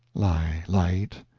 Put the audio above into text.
lie light!